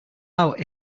out